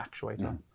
actuator